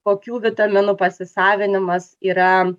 kokių vitaminų pasisavinimas yra